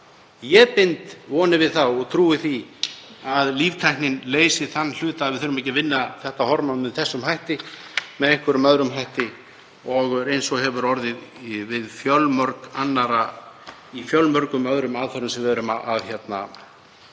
Ég bind vonir við og trúi því að líftæknin leysi þann hluta að við þurfum ekki að vinna þetta hormón með þessum hætti heldur með einhverjum öðrum hætti eins og hefur orðið í fjölmörgum öðrum aðferðum sem við erum að fást